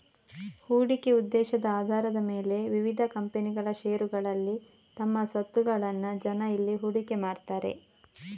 ಹೂಡಿಕೆ ಉದ್ದೇಶದ ಆಧಾರದ ಮೇಲೆ ವಿವಿಧ ಕಂಪನಿಗಳ ಷೇರುಗಳಲ್ಲಿ ತಮ್ಮ ಸ್ವತ್ತುಗಳನ್ನ ಜನ ಇಲ್ಲಿ ಹೂಡಿಕೆ ಮಾಡ್ತಾರೆ